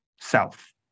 self